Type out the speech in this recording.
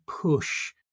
push